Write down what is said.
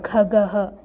खगः